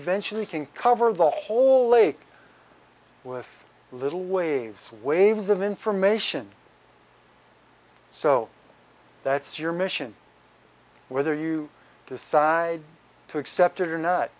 eventually can cover the whole lake with little waves and waves of information so that's your mission whether you decide to accept it or not